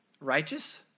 righteous